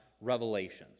revelations